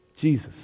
Jesus